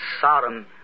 Sodom